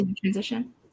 transition